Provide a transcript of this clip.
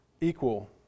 equal